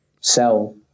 sell